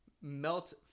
melt